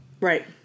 Right